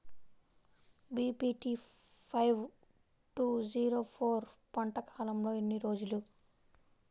BPT five two zero four పంట కాలంలో ఎన్ని రోజులు?